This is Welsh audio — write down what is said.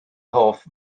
hoff